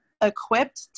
equipped